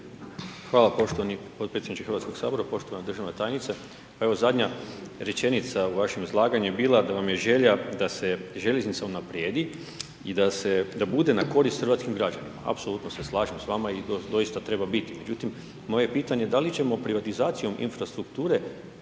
Hvala poštovani potpredsjedniče Hrvatskog sabora, poštovana državna tajnice, zadnja rečenica u vašem izlaganju je bila da vam je želja da se željeznica unaprijedi i da bude na korist hrvatskim građanima, apsolutno se slažem sa vama i to doista treba biti. Moje pitanje je, da li ćemo privatizacijom infrastrukture,